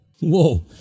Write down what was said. Whoa